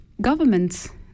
governments